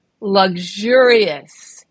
luxurious